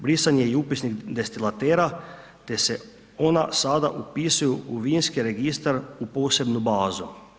Brisanje i upisnik destilatera, te se ona sada upisuju u vinske registar u posebnu bazu.